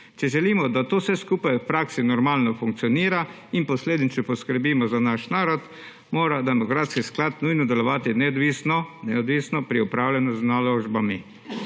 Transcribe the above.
Če želimo, da to vse skupaj v praksi normalno funkcionira in posledično poskrbimo za naš narod, mora demografski sklad nujno delovati neodvisno pri upravljanju z naložbami.